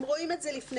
הם רואים את זה לפניהם.